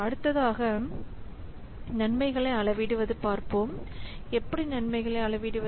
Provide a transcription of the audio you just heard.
அடுத்ததாக நன்மைகளை அளவிடுவது பார்ப்போம் எப்படி நன்மைகளை அளவிடுவது